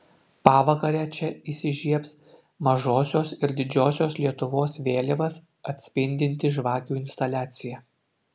pavakarę čia įsižiebs mažosios ir didžiosios lietuvos vėliavas atspindinti žvakių instaliacija